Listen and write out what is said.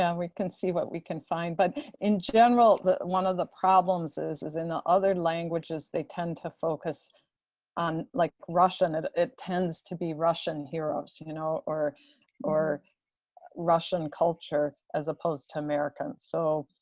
ah we can see what we can find but in general that one of the problems is is in other languages they tend to focus on, like russian, it tends to be russian heroes, you know, or or russian culture, as opposed to american. so